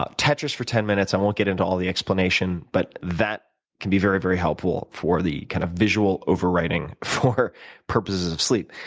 ah tetris for ten minutes, i won't get into all the explanation but that can be very, very helpful for the kind of visual overwriting for purposes of sleep.